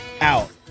out